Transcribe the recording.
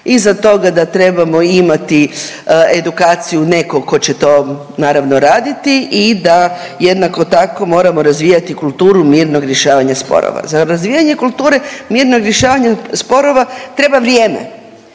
iza toga da trebamo imati edukaciju nekog tko će to naravno raditi i da jednako tako moramo razvijati kulturu mirnog rješavanja sporova. Za razvijanje kulture mirnog rješavanja sporova treba vrijeme.